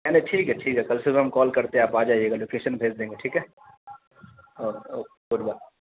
نہیں نہیں ٹھیک ہے ٹھیک ہے کل صبح ہم کال کرتے ہیں آپ آ جائیے گا لوکیشن بھیج دیں گے ٹھیک ہے اوکے اوکے گڈ بائے